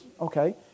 Okay